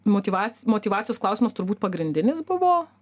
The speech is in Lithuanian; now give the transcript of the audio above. motyva motyvacijos klausimas turbūt pagrindinis buvo